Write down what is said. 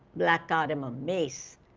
black cardamom, ah mace,